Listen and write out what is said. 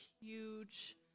huge